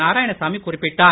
நாராயணசாமி குறிப்பிட்டார்